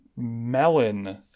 melon